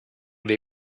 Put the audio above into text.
they